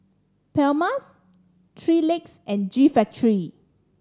Palmer's Three Legs and G Factory